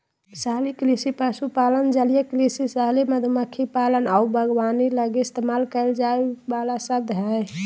शहरी कृषि पशुपालन, जलीय कृषि, शहरी मधुमक्खी पालन आऊ बागवानी लगी इस्तेमाल कईल जाइ वाला शब्द हइ